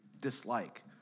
dislike